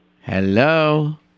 Hello